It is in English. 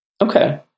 Okay